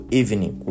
evening